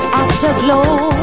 afterglow